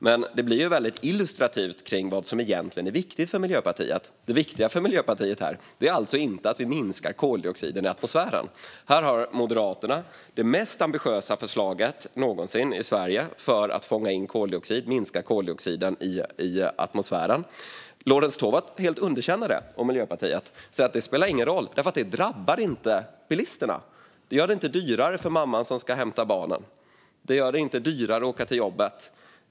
Men det blir väldigt illustrativt för vad som egentligen är viktigt för Miljöpartiet. Det viktiga för dem är alltså inte att vi minskar koldioxiden i atmosfären. Här har Moderaterna det mest ambitiösa förslaget någonsin i Sverige för att fånga in och minska koldioxiden i atmosfären. Lorentz Tovatt och Miljöpartiet underkänner det helt. De säger att det inte spelar någon roll, för det drabbar inte bilisterna. Det gör det inte dyrare för mamman som ska hämta barnen. Det gör det inte dyrare att åka till jobbet.